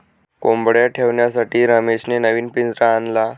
कोंबडया ठेवण्यासाठी रमेशने नवीन पिंजरा आणला